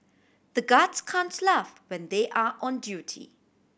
the guards can't laugh when they are on duty